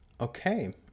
Okay